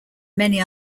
many